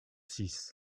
six